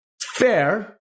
Fair